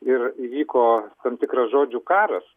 ir įvyko tam tikras žodžių karas